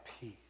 peace